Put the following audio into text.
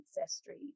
ancestry